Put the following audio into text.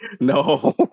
No